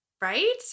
Right